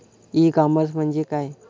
E commerce म्हणजे काय?